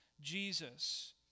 Jesus